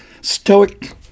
stoic